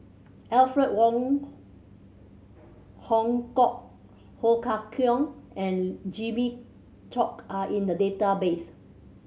Alfred Wong Hong Kwok Ho Kah Leong and Jimmy Chok are in the database